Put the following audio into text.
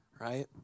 right